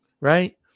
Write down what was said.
right